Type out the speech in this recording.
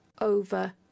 over